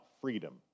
freedom